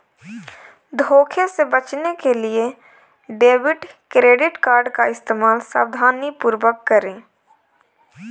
धोखे से बचने के लिए डेबिट क्रेडिट कार्ड का इस्तेमाल सावधानीपूर्वक करें